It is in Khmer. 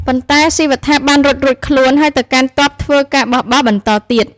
ប៉ុន្តែ ស៊ីវត្ថាបានរត់រួចខ្លួន ហើយទៅកេណ្ឌទ័ពធ្វើការបះបោរបន្តទៀត។